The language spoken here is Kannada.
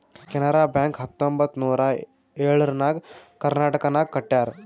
ಕೆನರಾ ಬ್ಯಾಂಕ್ ಹತ್ತೊಂಬತ್ತ್ ನೂರಾ ಎಳುರ್ನಾಗ್ ಕರ್ನಾಟಕನಾಗ್ ಕಟ್ಯಾರ್